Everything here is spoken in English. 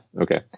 okay